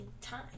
time